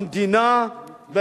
המדינה,